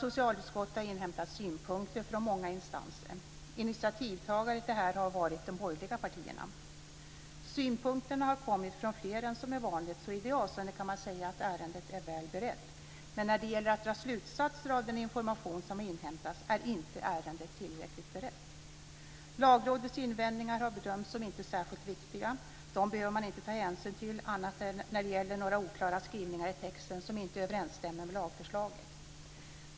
Socialutskottet har inhämtat synpunkter från många instanser. Initiativtagare till detta har varit de borgerliga partierna. Synpunkterna har kommit från fler än vanligt, så i det avseendet kan man säga att ärendet är väl berett. Men när det gäller att dra slutsatser av den information som inhämtats är ärendet inte tillräckligt berett. Lagrådets invändningar har bedömts som inte särskilt viktiga - dem behöver man inte ta hänsyn till annat än när det gäller några oklara skrivningar i texten som inte överensstämmer med lagförslaget.